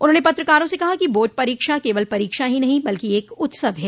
उन्होंने पत्रकारों से कहा कि बोर्ड परीक्षा केवल परोक्षा ही नहीं बल्कि एक उत्सव है